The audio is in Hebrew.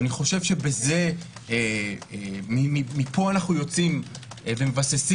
אני חושב שמפה אנחנו יוצאים ומבססים